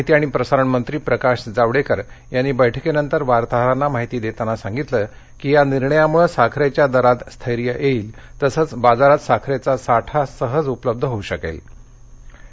माहिती आणि प्रसारण मंत्री प्रकाश जावडेकर यांनी वार्ताहरांना माहिती देताना या निर्णयामुळे साखरेच्या दरात स्थैर्य येईल तसंच बाजारात साखरेचा साठा सहज उपलब्ध होऊ शकेलअसं सांगितलं